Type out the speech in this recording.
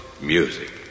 music